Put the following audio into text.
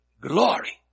glory